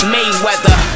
Mayweather